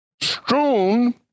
strewn